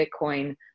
Bitcoin